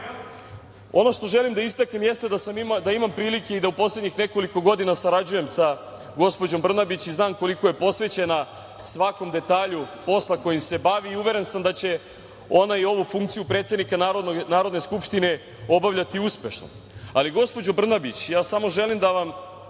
što želim da istaknem jeste da sam imam prilike i da u poslednjih nekoliko godina sarađujem sa gospođom Brnabić i znam koliko je posvećena svakom detalju posla kojim se bavi i uveren sam da će ona i ovu funkciju predsednika Narodne skupštine obavljati uspešno. Ali, gospođo Brnabić, ja samo želim da vam